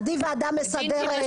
עדיף ועדה מסדרת.